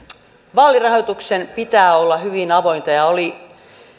vaalirahoituksen pitää olla hyvin avointa ja oli